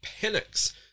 panics